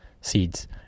seeds